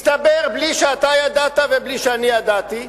מסתבר, בלי שאתה ידעת ובלי שאני ידעתי,